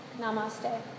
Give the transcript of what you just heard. Namaste